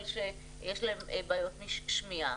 אבל יש להם בעיות שמיעה.